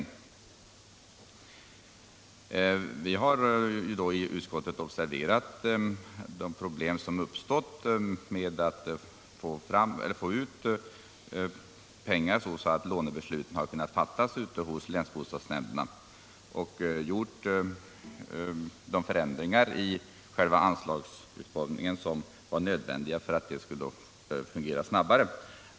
a "Vi har i utskottet observerat de problem som uppstått för länsbostadsnämnderna, vilka inte kan fatta några lånebeslut utan att först få större ramar och anslag. De förändringar i själva anslagsutformningen, som var nödvändiga för att det skulle fungera snabbare, har vidtagits.